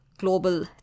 global